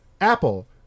Apple